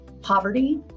Poverty